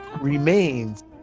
remains